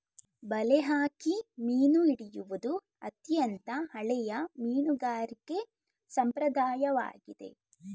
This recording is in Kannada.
ಬಲೆ ಹಾಕಿ ಮೀನು ಹಿಡಿಯುವುದು ಅತ್ಯಂತ ಹಳೆಯ ಮೀನುಗಾರಿಕೆ ಸಂಪ್ರದಾಯವಾಗಿದೆ